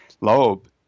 Loeb